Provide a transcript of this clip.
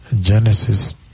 Genesis